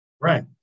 Right